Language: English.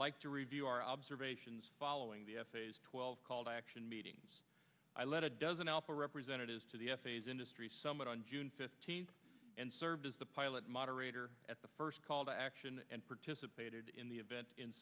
like to review our observations following the f a s twelve called action meetings i led a dozen alpha representatives to the f a s industry summit on june fifteenth and served as the pilot moderator at the first call to action and participated in the event in